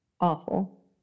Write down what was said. awful